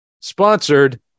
sponsored